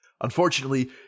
Unfortunately